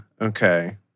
Okay